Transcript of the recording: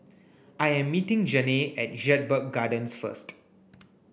I am meeting Janae at Jedburgh Gardens first